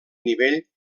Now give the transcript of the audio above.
nivell